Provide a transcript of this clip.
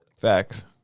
Facts